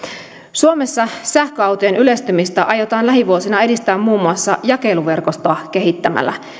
suomessa sähköautojen yleistymistä aiotaan lähivuosina edistää muun muassa jakeluverkostoa kehittämällä